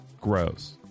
Gross